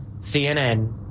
CNN